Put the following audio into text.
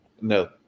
No